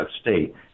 state